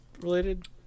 related